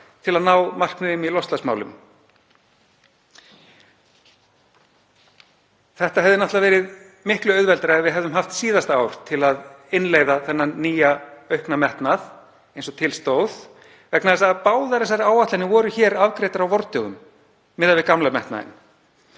til að ná markmiðum í loftslagsmálum? Þetta hefði náttúrlega verið miklu auðveldara ef við hefðum haft síðasta ár til að innleiða þennan nýja aukna metnað eins og til stóð vegna þess að báðar þessar áætlanir voru afgreiddar á vordögum miðað við gamla metnaðinn.